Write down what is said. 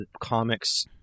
comics